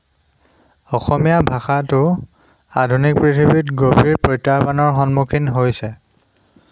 অসমীয়া ভাষাটো আধুনিক পৃথিৱীত গভীৰ প্ৰত্যাহ্বানৰ সন্মুখীন হৈছে